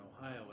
Ohio